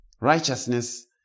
Righteousness